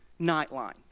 nightline